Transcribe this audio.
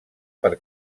per